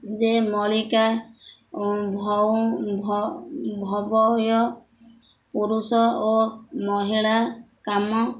ଯେ ଭବୟ ପୁରୁଷ ଓ ମହିଳା କାମ